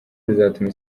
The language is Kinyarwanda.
bizatuma